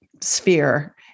sphere